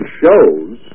shows